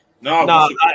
No